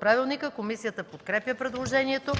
ПОДНС. Комисията подкрепя предложението.